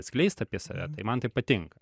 atskleist apie save tai man tai patinka